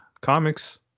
comics